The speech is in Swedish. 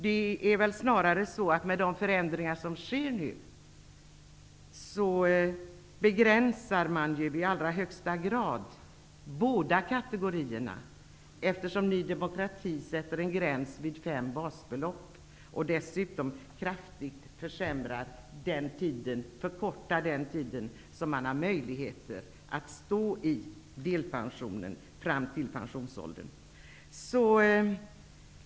Det är väl snarare så, att man med de förändringar som nu sker begränsar för båda kategorierna; Ny demokrati sätter en gräns vid fem basbelopp och förkortar dessutom kraftigt den tid som man har möjlighet att ha delpension fram till pensionsåldern.